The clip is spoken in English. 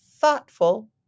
thoughtful